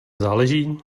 záleží